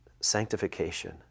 sanctification